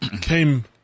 came